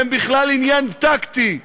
שהם בכלל עניין טקטי,